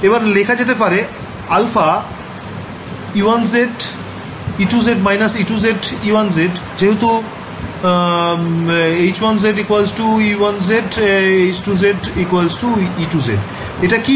এবার লেখা যেতে পারে αe1z e2z − e2z e1z যেহেতু h1z e1z h2z e2z এটা কি